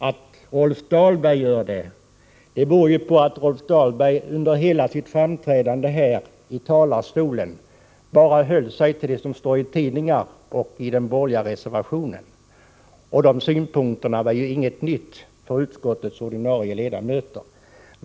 Att Rolf Dahlberg gör det beror ju på att han under hela sitt framträdande här i talarstolen bara höll sig till det som står i tidningar och i den borgerliga reservationen. De synpunkterna var ju inte nya för utskottets ordinarie ledamöter.